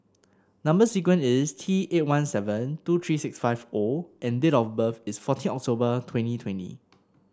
number sequence is T eight one seven two three six five O and date of birth is fourteen October twenty twenty